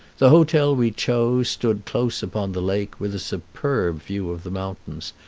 the hotel we chose stood close upon the lake, with a superb view of the mountains,